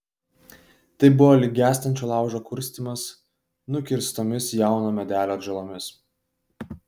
tai buvo lyg gęstančio laužo kurstymas nukirstomis jauno medelio atžalomis